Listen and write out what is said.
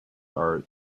are